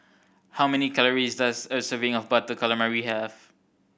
how many calories does a serving of Butter Calamari have